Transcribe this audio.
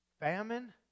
famine